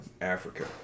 Africa